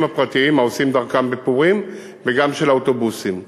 הפרטיים העושים דרכם בפורים וגם של האוטובוסים.